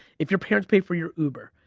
if your parents pay for your uber,